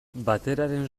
bateraren